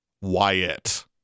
Wyatt